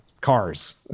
cars